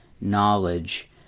knowledge